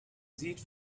this